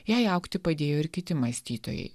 jai augti padėjo ir kiti mąstytojai